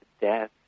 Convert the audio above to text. death